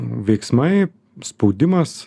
veiksmai spaudimas